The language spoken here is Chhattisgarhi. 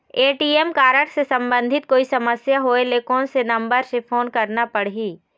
ए.टी.एम कारड से संबंधित कोई समस्या होय ले, कोन से नंबर से फोन करना पढ़ही?